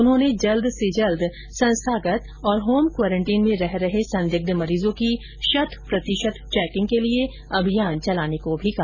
उन्होंने जल्द से जल्द संस्थागत और होम क्वारेंटीन में रह रहे संदिग्ध मरीजों की शत प्रतिशत चैकिंग के लिए अभियान चलाने को कहा